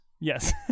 Yes